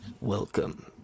Welcome